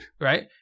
Right